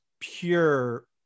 pure